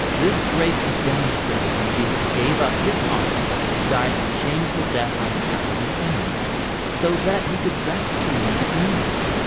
this grace was demonstrated when jesus gave up his honor to die a shameful death on behalf of his enemies so that he could rescue and redeem them.